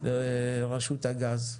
לרשות הגז.